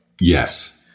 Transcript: Yes